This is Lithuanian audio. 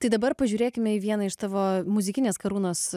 tai dabar pažiūrėkime į vieną iš savo muzikinės karūnos